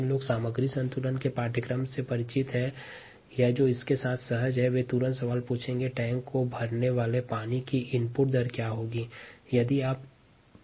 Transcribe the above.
जो छात्र सामग्री संतुलन पाठ्यक्रम से परिचित हैं या जो इसके साथ सहज हैं वे तुरंत सवाल पूछेंगे कि टैंक को भरने वाले पानी की इनपुट रेट या आगम की दर क्या है